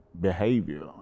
behavior